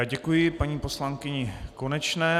Děkuji paní poslankyni Konečné.